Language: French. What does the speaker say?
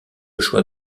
choix